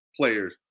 players